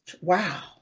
Wow